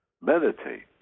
Meditate